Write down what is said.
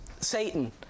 Satan